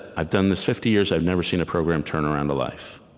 i've done this fifty years. i've never seen a program turn around a life.